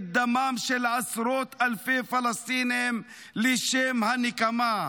דמם של עשרות אלפי פלסטינים לשם הנקמה.